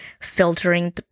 filtering